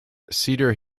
cedar